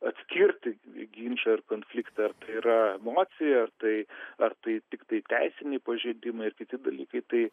atskirti ginčą ar konfliktą ar tai yra emocija ar tai ar tai tiktai teisiniai pažeidimai ar kiti dalykai tai